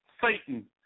Satan